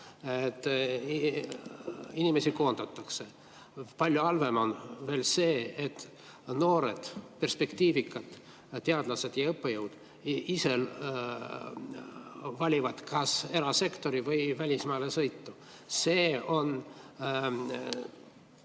Inimesi koondatakse. Palju halvem on veel see, et noored perspektiivikad teadlased ja õppejõud ise valivad kas erasektori või välismaale sõidu. See on